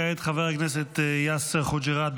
כעת חבר הכנסת יאסר חוג'יראת,